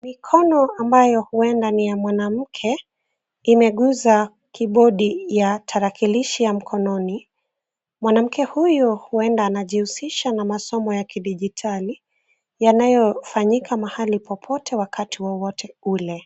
Mikono ambayo huenda ni ya mwanamke imeguza kibodi ya tarakilishi ya mkononi. Mwanamke huyo huenda anajihusisha na masomo ya kidijitali yanayofanyika mahali popote wakati wowote ule.